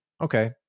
okay